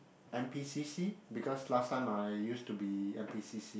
n_p_c_c because last time I used to be n_p_c_c